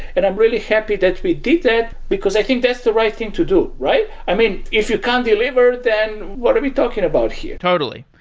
and i'm really happy that we did that, because i think that's the right thing to do, right? i mean, if you can't deliver, then what are we talking about here? totally.